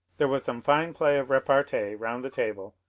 there was some fine play of repartee round the table,